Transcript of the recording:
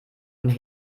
und